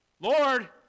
Lord